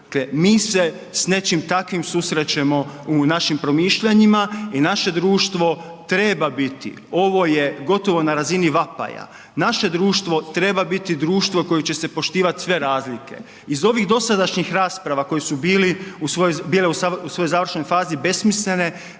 mi se s nečim takvim susrećemo u našim promišljanjima i naše društvo treba biti ovo je gotovo na razini vapaja. Naše društvo treba biti društvo koje će se poštivat sve razlike. Iz ovih dosadašnjih rasprava koji su bili, bile u svojoj završnoj fazi besmislene